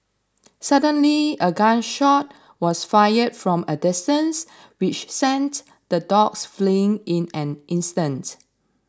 suddenly a gun shot was fired from a distance which sent the dogs fleeing in an instant